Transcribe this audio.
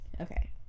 okay